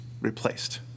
replaced